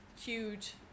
huge